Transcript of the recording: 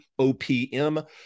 OPM